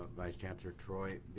vice chancellor troy.